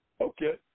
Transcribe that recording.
Okay